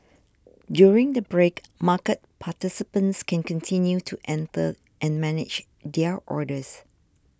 during the break market participants can continue to enter and manage their orders